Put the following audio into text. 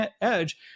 edge